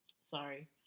Sorry